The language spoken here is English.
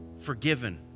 forgiven